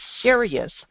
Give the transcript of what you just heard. serious